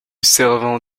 servant